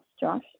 Josh